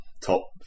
Top